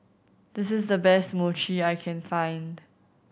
this is the best Mochi I can find